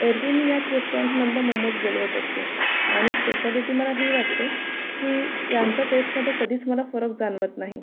एरवी मी याच रेस्टाॅरंटमधनं मोमोज बोलवत असते आणि स्पेशालिटी मला ही वाटते की यांच्या टेस्टमध्ये कधीच मला फरक जाणवत नाही